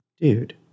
dude